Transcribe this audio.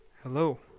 hello